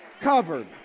covered